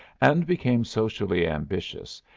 and became socially ambitious,